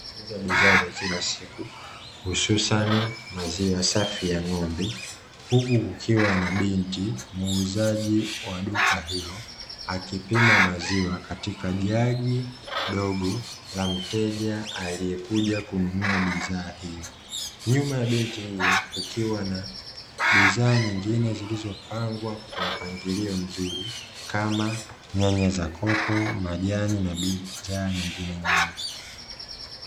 Duka linalouza bidhaa za kila siku hususani maziwa safi ya ng'ombe, huku kukiwa na binti muuzaji wa duka hilo akipima maziwa katika jagi dogo la mteja; aliyekuja kununua bidhaa hiyo nyuma ya binti huyo kukiwa na bidhaa nyingine zilizopangwa kwa mpangilio mzuri kama nyanya za kopo, majani na bidhaa nyingine.